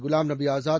Ghulam Nabi Azad